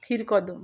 ক্ষীরকদম